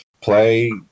play